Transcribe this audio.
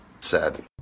sad